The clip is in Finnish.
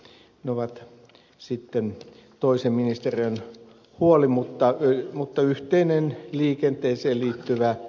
ne ovat sitten toisen ministeriön huoli mutta yhteinen liikenteeseen liittyvä asia